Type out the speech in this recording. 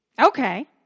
Okay